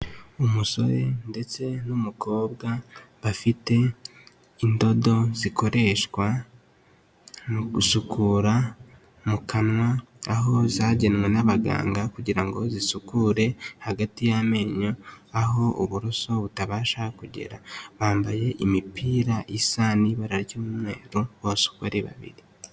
Umusore ndetse n'umukobwa bafite indodo zikoreshwa mu gusukura mu kanwa, aho zagenwe n'abaganga kugira ngo zisukure hagati y'amenyo aho uburoso butabasha kugera. Bambaye imipira isa n'ibara ry'umweru bose uko ari babiri.